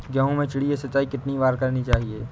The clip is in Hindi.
गेहूँ में चिड़िया सिंचाई कितनी बार करनी चाहिए?